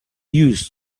used